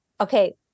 okay